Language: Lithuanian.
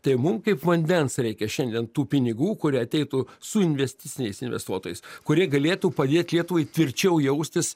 tai mum kaip vandens reikia šiandien tų pinigų kurie ateitų su investiciniais investuotojais kurie galėtų padėt lietuvai tvirčiau jaustis